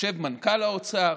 יושבים מנכ"ל האוצר,